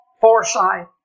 foresight